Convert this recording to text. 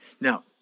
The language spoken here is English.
Now